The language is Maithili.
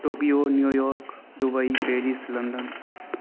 Tokyo New York Dubai Paris London